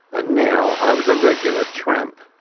and now i was a regular tramp.